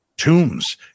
Tombs